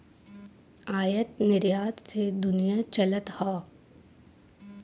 आयात निरयात से दुनिया चलत हौ